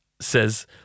says